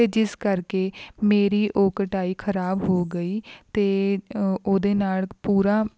ਅਤੇ ਜਿਸ ਕਰਕੇ ਮੇਰੀ ਉਹ ਕਟਾਈ ਖਰਾਬ ਹੋ ਗਈ ਅਤੇ ਉਹਦੇ ਨਾਲ ਪੂਰਾ